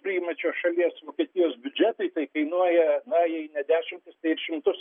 priimančios šalies vokietijos biudžetui tai kainuoja na jei ne dešimtis tai ir šimtus